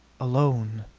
alone.